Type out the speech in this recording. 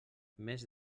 mes